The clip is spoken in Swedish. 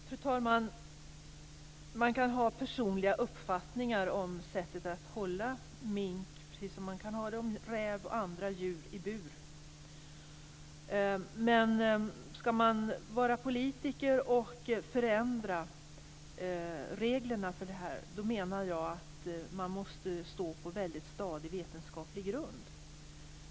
Fru talman! Man kan ha personliga uppfattningar om sättet att hålla mink, precis som man kan ha det om räv och andra djur i bur. Men om man är politiker och vill förändra reglerna måste man stå på en väldigt stadig vetenskaplig grund.